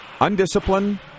undisciplined